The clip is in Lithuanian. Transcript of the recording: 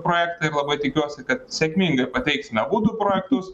projektą ir labai tikiuosi kad sėkmingai pateiksime abudu projektus